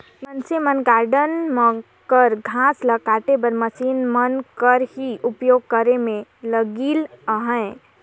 मइनसे मन गारडन मन कर घांस ल काटे बर मसीन मन कर ही उपियोग करे में लगिल अहें